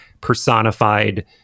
personified